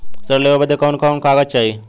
ऋण लेवे बदे कवन कवन कागज चाही?